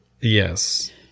Yes